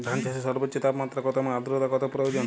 ধান চাষে সর্বোচ্চ তাপমাত্রা কত এবং আর্দ্রতা কত প্রয়োজন?